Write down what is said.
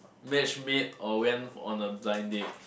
match made or went for on a blind date